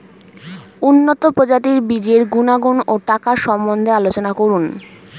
উন্নত প্রজাতির বীজের গুণাগুণ ও টাকার সম্বন্ধে আলোচনা করুন